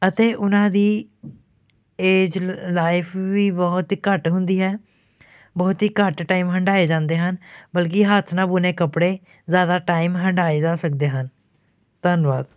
ਅਤੇ ਉਹਨਾਂ ਦੀ ਏਜ ਲਾਈਫ ਵੀ ਬਹੁਤ ਹੀ ਘੱਟ ਹੁੰਦੀ ਹੈ ਬਹੁਤ ਹੀ ਘੱਟ ਟਾਈਮ ਹੰਢਾਏ ਜਾਂਦੇ ਹਨ ਬਲਕਿ ਹੱਥ ਨਾਲ ਬੁਣੇ ਕੱਪੜੇ ਜ਼ਿਆਦਾ ਟਾਈਮ ਹੰਢਾਏ ਜਾ ਸਕਦੇ ਹਨ ਧੰਨਵਾਦ